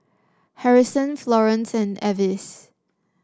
Harrison Florance and Avis